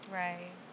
right